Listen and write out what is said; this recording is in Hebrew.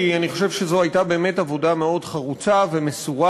אני אומר את זה כי אני חושב שזו הייתה באמת עבודה מאוד חרוצה ומסורה,